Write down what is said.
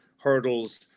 hurdles